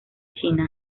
china